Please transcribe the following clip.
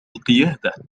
القيادة